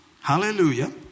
Hallelujah